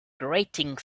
grating